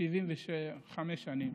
75 שנה,